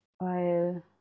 weil